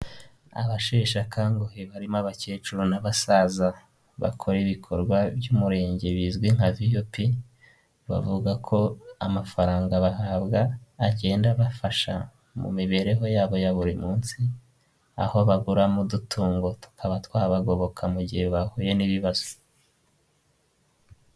Abasheshakanguhe barimo abakecuru n'abasaza bakora ibikorwa by'umurenge bizwi nka viyupi, bavuga ko amafaranga bahabwa agenda bafasha mu mibereho yabo ya buri munsi. Aho baguramo udutungo tukaba twabagoboka mu gihe bahuye n'ibibazo.